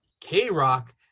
K-rock